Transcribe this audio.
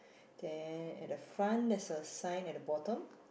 then at the front there's a sign at the bottom